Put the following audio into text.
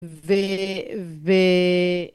זה... זה...